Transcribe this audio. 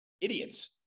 idiots